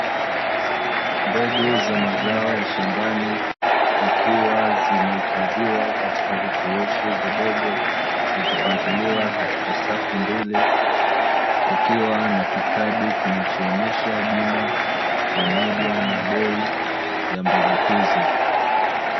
Mbegu za mazao ya shambani zikiwa zimehifadhiwa katika vifurushi vidogo na kupangiliwa katika safu mbili, kukiwa na kikadi kinachoonyesha jina, pamoja na bei ya mbegu hizo.